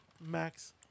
Max